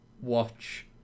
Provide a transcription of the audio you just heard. watch